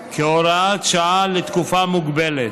כהוראת שעה לתקופה מוגבלת.